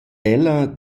ella